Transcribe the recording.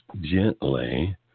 gently